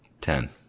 Ten